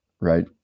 right